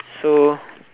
so